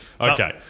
Okay